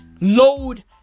Load